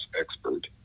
expert